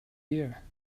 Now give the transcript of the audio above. year